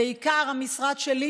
בעיקר המשרד שלי,